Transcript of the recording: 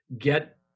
get